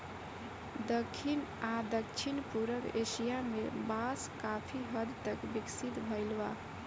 दखिन आ दक्षिण पूरब एशिया में बांस काफी हद तक विकसित भईल बा